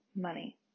money